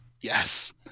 Yes